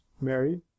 mary